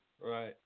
Right